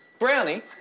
Brownie